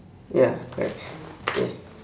ya correct okay